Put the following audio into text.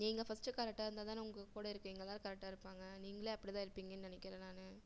நீங்க ஃபஸ்ட்டு கரெக்ட்டா இருந்தா தான உங்கக்கூட இருக்கவங்க எல்லலோரும் கரெக்ட்டாக இருப்பாங்க நீங்களே அப்படி தான் இருப்பிங்கன்நு நினைக்கிறேன் நான்